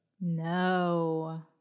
No